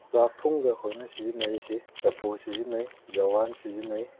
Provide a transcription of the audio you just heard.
ꯆꯥꯛ ꯊꯣꯡꯕꯗ ꯑꯩꯈꯣꯏꯅ ꯁꯤꯖꯤꯟꯅꯔꯤꯁꯤ ꯆꯐꯨ ꯁꯤꯖꯤꯟꯅꯩ ꯖꯋꯥꯟ ꯁꯤꯖꯤꯟꯅꯩ